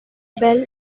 belle